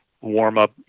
warm-up